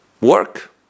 work